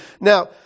now